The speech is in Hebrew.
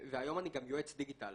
והיום אני גם יועץ דיגיטל.